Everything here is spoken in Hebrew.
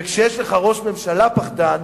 וכשיש לך ראש ממשלה פחדן,